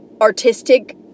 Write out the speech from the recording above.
Artistic